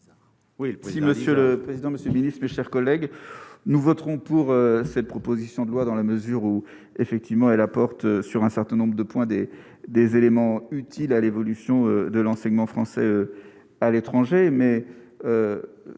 Oui, le prix, monsieur le président, Monsieur le Ministre, mes chers collègues, nous voterons pour cette proposition de loi, dans la mesure où effectivement la porte sur un certain nombre de points des des éléments utiles à l'évolution de l'enseignement français à l'étranger